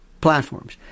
platforms